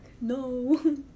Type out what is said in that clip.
no